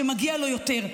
שמגיע לו יותר.